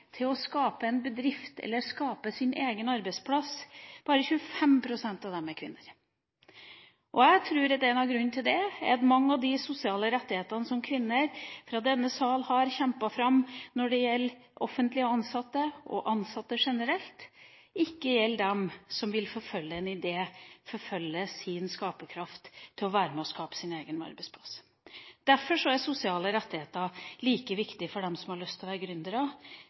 å skape en bedrift eller skape sin egen arbeidsplass, er kvinner. Jeg tror én av grunnene til det er at mange av de sosiale rettighetene som kvinner fra denne salen har kjempet fram når det gjelder offentlig ansatte og ansatte generelt, ikke gjelder dem som vil forfølge en idé, forfølge sin skaperkraft til å være med på å skape sin egen arbeidsplass. Derfor er sosiale rettigheter like viktig for dem som har lyst til å være